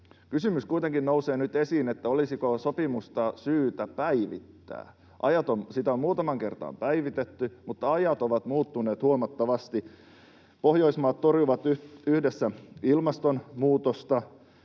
Kysymys kuitenkin nousee nyt esiin, että olisiko sopimusta syytä päivittää. Sitä on muutamaan kertaan päivitetty, mutta ajat ovat muuttuneet huomattavasti: Pohjoismaat torjuvat yhdessä ilmastonmuutosta,